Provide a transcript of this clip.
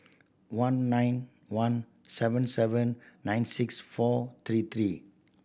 one nine one seven seven nine six four three three